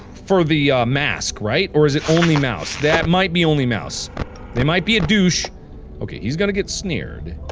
for the ah mask. right? or is it only mouse? that might be only mouse they might be a douche okay he's gonna get snared